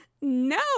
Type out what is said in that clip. no